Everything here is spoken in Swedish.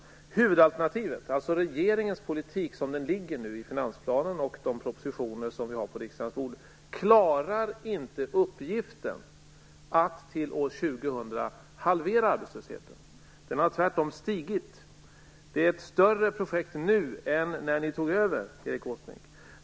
När det gäller huvudalternativet, alltså regeringens politik som denna nu ligger i finansplanen och i de propositioner som ligger på riksdagens bord, klarar man inte uppgiften att till år 2000 halvera arbetslösheten, vilken tvärtom har stigit. Det är ett större projekt nu än när ni tog över, Erik Åsbrink.